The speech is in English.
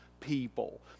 people